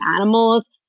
animals